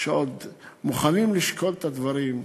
שעוד מוכנים לשקול את הדברים.